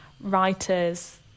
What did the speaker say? writers